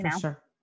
Sure